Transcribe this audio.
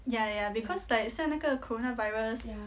ya ya ya because like 像那个 coronavirus